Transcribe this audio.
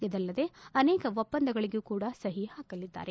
ಇದಲ್ಲದೇ ಅನೇಕ ಒಪ್ಪಂದಗಳಿಗೂ ಕೂಡ ಸಹಿ ಹಾಕಲಿದ್ದಾರೆ